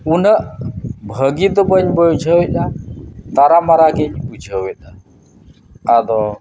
ᱩᱱᱟᱹᱜ ᱵᱷᱟᱹᱜᱤ ᱫᱚ ᱵᱟᱹᱧ ᱵᱩᱡᱷᱟᱹᱣᱮᱫᱟ ᱛᱟᱨᱟ ᱢᱟᱨᱟ ᱜᱮᱧ ᱵᱩᱡᱷᱟᱹᱣᱮᱫᱟ ᱟᱫᱚ